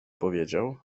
powiedział